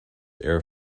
air